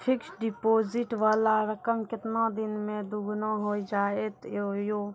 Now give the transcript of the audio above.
Fixed deposit वाला रकम केतना दिन मे दुगूना हो जाएत यो?